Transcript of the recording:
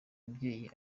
mubyeyi